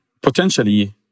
potentially